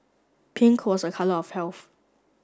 pink was a colour of health